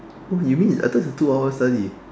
oh you mean I thought it's a two hour studies